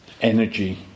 energy